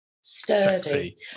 sturdy